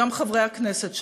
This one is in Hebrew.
גם חברי הכנסת שלו.